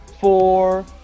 four